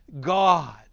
God